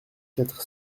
quatre